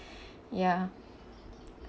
ya